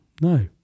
no